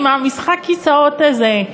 עם משחק הכיסאות הזה,